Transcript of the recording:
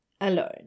alone